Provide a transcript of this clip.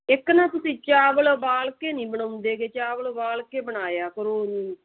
ਇੱਕ ਨਾ ਤੁਸੀਂ ਚਾਵਲ ਉਬਾਲ ਕੇ ਨਹੀਂ ਬਣਾਉਂਦੇ ਹੈਗੇ ਚਾਵਲ ਉਬਾਲ ਕੇ ਬਣਾਇਆ ਕਰੋ